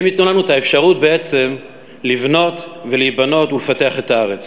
הם ייתנו לנו את האפשרות בעצם לבנות ולהיבנות ולפתח את הארץ.